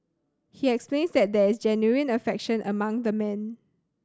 he explains that there is genuine affection among the men